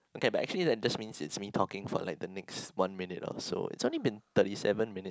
okay but actually that just means it's me talking for like the next one minute or so it's only been thirty seven minutes